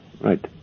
right